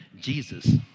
Jesus